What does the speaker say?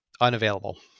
unavailable